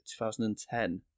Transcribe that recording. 2010